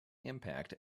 impact